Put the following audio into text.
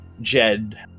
Jed